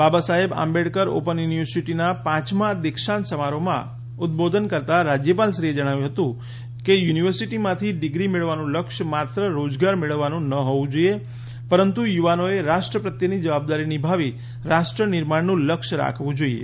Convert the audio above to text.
બાબા Saheb Ambedkar open યુનિવર્સિટીના પાંચમાં દીક્ષાંત સમારોહમાં ઉદ્દબોધન કરતા રાજ્યપાલશ્રીએ જણાવ્યું હતું કે યુનિવર્સિટીમાંથી ડીગ્રી મેળવવાનું લક્ષ્ય માત્ર રોજગાર મેળવવાનું ન હોવું જોઇએ પરંતુ યુવાનોએ રાષ્ટ્ર પ્રત્યેની જવાબદારી નિભાવી રાષ્ટ્ર નિર્માણનું લક્ષ્ય રાખવું જોઇએ